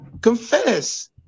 confess